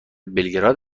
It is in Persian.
بلگراد